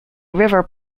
river